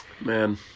Man